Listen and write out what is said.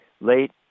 late